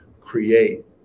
create